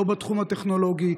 לא בתחום הטכנולוגי,